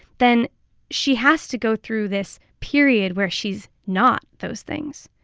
then she has to go through this period where she's not those things.